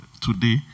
today